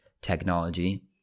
technology